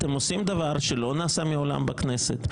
אתם עושים דבר שלא נעשה מעולם בכנסת.